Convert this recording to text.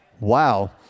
Wow